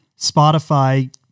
Spotify